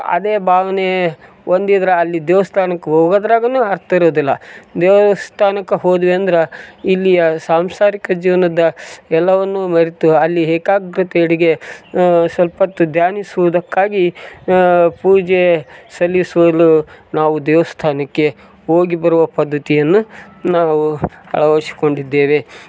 ಅದೇ ಭಾವನೇ ಹೊಂದಿದ್ರ ಅಲ್ಲಿ ದೇವಸ್ಥಾನಕ್ ಹೋಗೋದ್ರಾಗನೂ ಅರ್ಥ ಇರುವುದಿಲ್ಲ ದೇವಸ್ಥಾನಕ್ಕ ಹೋದ್ವಿ ಅಂದರ ಇಲ್ಲಿಯ ಸಾಂಸಾರಿಕ ಜೀವನದ ಎಲ್ಲವನ್ನು ಮರೆತು ಅಲ್ಲಿ ಏಕಾಗ್ರತೆಯಡಿಗೆ ಸ್ವಲ್ಪೊತ್ತು ಧ್ಯಾನಿಸುವುದಕ್ಕಾಗಿ ಪೂಜೆ ಸಲ್ಲಿಸಲು ನಾವು ದೇವಸ್ಥಾನಕ್ಕೆ ಹೋಗಿ ಬರುವ ಪದ್ಧತಿಯನ್ನು ನಾವು ಅಳವಡಿಸ್ಕೊಂಡಿದ್ದೇವೆ